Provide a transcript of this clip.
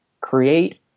create